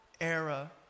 era